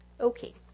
Okay